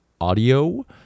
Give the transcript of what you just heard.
audio